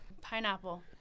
Pineapple